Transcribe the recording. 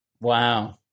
wow